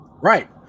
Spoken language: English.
right